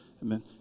Amen